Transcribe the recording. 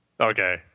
Okay